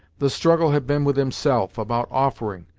the struggle had been with himself, about offering,